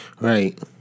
Right